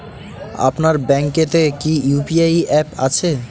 আপনার ব্যাঙ্ক এ তে কি ইউ.পি.আই অ্যাপ আছে?